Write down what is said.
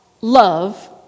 love